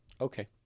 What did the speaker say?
Okay